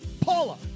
Paula